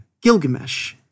Gilgamesh